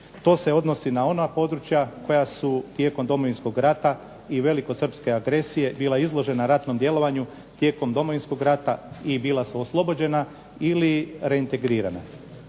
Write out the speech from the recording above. To se odnosi na ona područja koja su tijekom Domovinskog rata i velikosrpske agresije bila izložena ratnom djelovanju tijekom Domovinskog rata i bila su oslobođena ili reintegrirana.